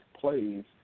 plays